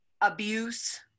abuse